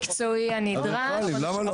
המקצועי הנדרש.